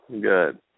good